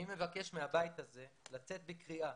אני מבקש מהבית הזה לצאת בקריאה